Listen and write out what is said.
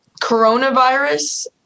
Coronavirus